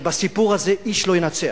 ובסיפור הזה איש לא ינצח.